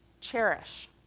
cherish